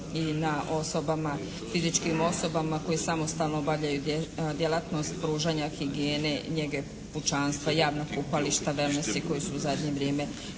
i na osobama, fizičkim osobama koje samostalno obavljaju djelatnost pružanja higijene, njege pučanstva, javna kupališta, wellnesi koji su u zadnje vrijeme